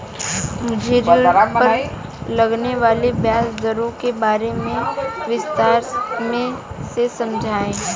मुझे ऋण पर लगने वाली ब्याज दरों के बारे में विस्तार से समझाएं